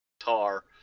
guitar